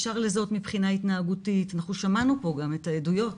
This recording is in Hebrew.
אפשר לזהות מבחינה התנהגותית ואנחנו שמענו פה גם את העדויות.